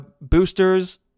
boosters